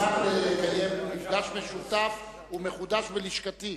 אשמח לקיים מפגש משותף ומחודש בלשכתי,